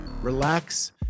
relax